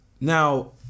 Now